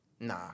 Nah